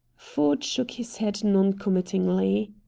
ford shook his head non-committingly.